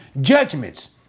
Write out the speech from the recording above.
judgments